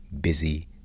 busy